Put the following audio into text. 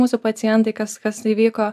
mūsų pacientai kas kas įvyko